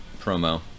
promo